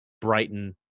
Brighton